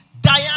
Diane